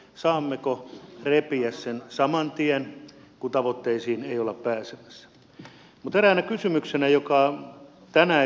saammeko repiä sen saman tien kun tavoitteisiin ei olla pääsemässä typeränä kysymyksenä joka on tänään